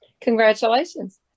Congratulations